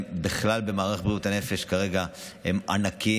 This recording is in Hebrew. בכלל במערך בריאות הנפש כרגע הם ענקיים,